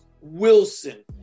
Wilson